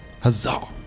Huzzah